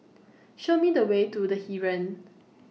Show Me The Way to The Heeren